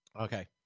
Okay